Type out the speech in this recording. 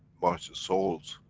march the souls,